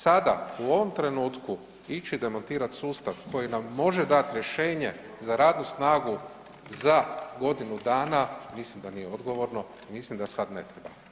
Sada u ovom trenutku ići demontirati sustav koji nam može dati rješenje za radnu snagu za godinu dana mislim da nije odgovorno i mislim da sad ne treba.